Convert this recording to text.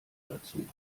dazu